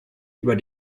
über